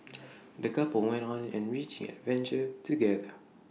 the couple went on an enriching adventure together